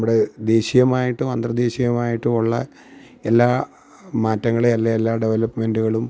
നമ്മുടെ ദേശീയമായിട്ടും അന്തർദേശീയമായിട്ടും ഉള്ള എല്ലാ മാറ്റങ്ങളെ അല്ലേൽ എല്ലാ ഡെവലപ്മെൻറ്റുകളും